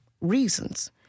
reasons